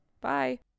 Bye